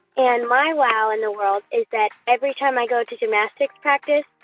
and my wow in the world is that every time i go to gymnastics practice,